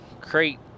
crate